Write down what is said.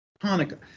Hanukkah